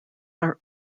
are